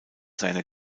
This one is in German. seiner